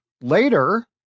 Later